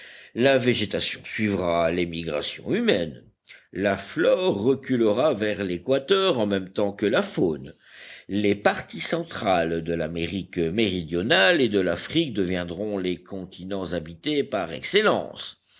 la végétation suivra l'émigration humaine la flore reculera vers l'équateur en même temps que la faune les parties centrales de l'amérique méridionale et de l'afrique deviendront les continents habités par excellence